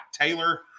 Taylor